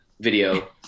video